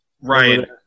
right